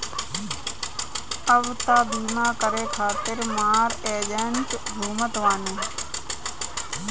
अब तअ बीमा करे खातिर मार एजेन्ट घूमत बाने